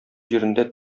җирендә